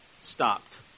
stopped